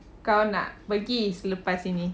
kau nak pergi selepas ini